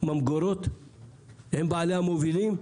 הממגורות והלולים, הם בעלי המובילים.